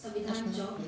अस्मिन्